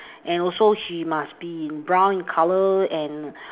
and also she must be in brown in colour and